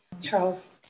Charles